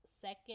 second